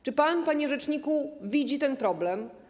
Czy pan, panie rzeczniku, widzi ten problem?